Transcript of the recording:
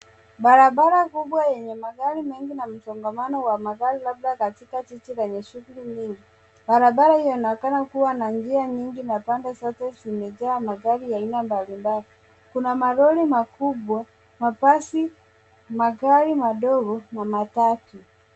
Barabara kubwa yenye magari mengi na msongamano wa magari labda katika jiji lenye shughuli nyingi, barabara inaonekana kuwa na njia nyingi na pande zote zimejaa magari ya aina mbalimbali. Kuna malori makubwa, mabasi, magari madogo na matatu.